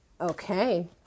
Okay